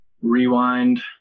Rewind